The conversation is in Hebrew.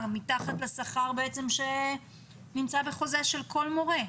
שהוא מתחת לשכר שנמצא בחוזה של כל מורה.